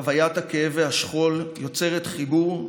חוויית הכאב והשכול יוצרת חיבור,